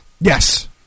Yes